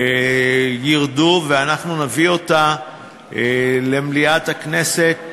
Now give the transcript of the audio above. ירדו, ואנחנו נביא אותה למליאת הכנסת